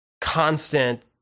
constant